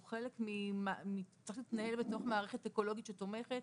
הוא חלק מערכת אקולוגית שצריכה לתמוך,